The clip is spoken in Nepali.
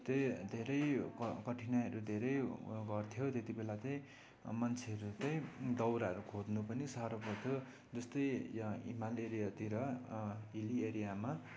त्यही धेरै कठिनाइहरू धेरै गर्थ्यो त्यति बेला त्यही मान्छेहरू त्यही दाउराहरू खोज्नु पनि साह्रो पर्थ्यो जस्तै यहाँ हिमाल एरियातिर हिल्ली एरियामा